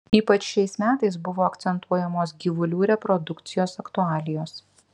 ypač šiais metais buvo akcentuojamos gyvulių reprodukcijos aktualijos